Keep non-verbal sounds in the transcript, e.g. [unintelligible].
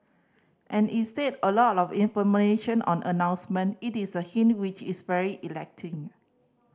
and instead a lot of [unintelligible] on announcement it is the hint which is very [unintelligible]